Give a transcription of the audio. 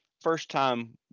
first-time